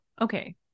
okay